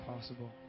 possible